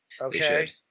okay